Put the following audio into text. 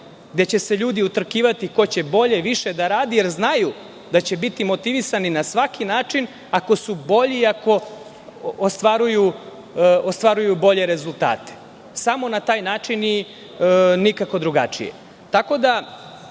gde će se ljudi utrkivati ko će bolje, više da radi, da znaju da će biti motivisani na svaki način, ako su bolji, ako ostvaruju bolje rezultate. Samo na taj način ni nikako drugačije. Tako